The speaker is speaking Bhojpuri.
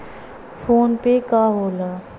फोनपे का होला?